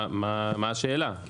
מה השאלה?